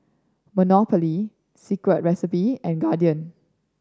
Monopoly Secret Recipe and Guardian